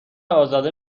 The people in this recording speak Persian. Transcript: ازاده